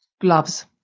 gloves